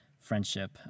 friendship